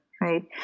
right